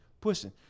pushing